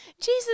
Jesus